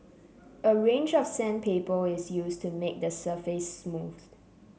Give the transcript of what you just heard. a range of sandpaper is used to make the surface smooth